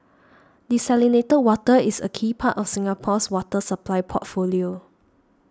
desalinated water is a key part of Singapore's water supply portfolio